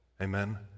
Amen